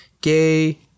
gay